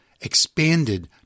expanded